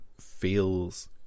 feels